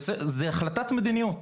זה החלטת מדיניות.